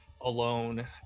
alone